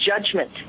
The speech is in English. judgment